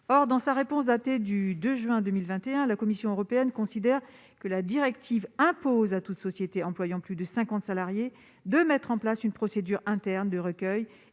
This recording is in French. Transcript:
Or, dans sa réponse datée du 2 juin 2021, la Commission européenne considère que la directive impose à toute société employant plus de 50 salariés de mettre en place une procédure interne de recueil